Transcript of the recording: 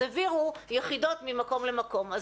אז העבירו יחידות ממקום למקום.